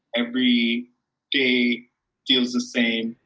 every day feels the same.